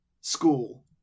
school